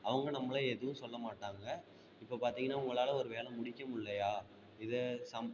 அவங்க நம்மளை எதுவும் சொல்ல மாட்டாங்க இப்போ பார்த்திங்கன்னா உங்களால் ஒரு வேலை முடிக்க முல்லையா இதை சம்